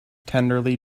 tenderly